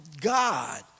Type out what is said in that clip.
God